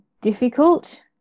difficult